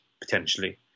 potentially